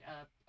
UP